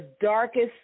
darkest